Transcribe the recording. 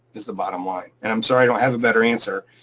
is the bottom line. and i'm sorry i don't have a better answer.